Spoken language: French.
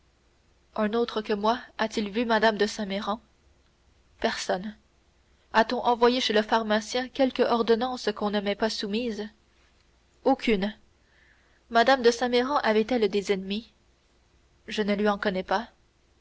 un autre que moi a-t-il vu mme de saint méran personne a-t-on envoyé chez le pharmacien quelque ordonnance qu'on ne m'ait pas soumise aucune mme de saint méran avait-elle des ennemis je ne lui en connais pas